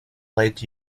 light